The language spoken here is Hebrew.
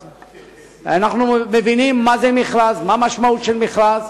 אנחנו מבינים מה זה מכרז, מה המשמעות של מכרז,